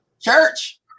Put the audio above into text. church